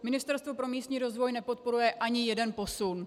Ministerstvo pro místní rozvoj nepodporuje ani jeden posun.